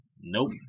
Nope